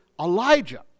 Elijah